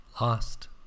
lost